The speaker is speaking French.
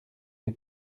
des